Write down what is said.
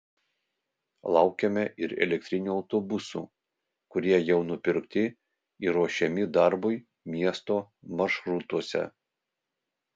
laukiame ir elektrinių autobusų kurie jau nupirkti ir ruošiami darbui miesto maršrutuose